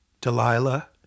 Delilah